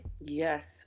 yes